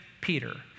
Peter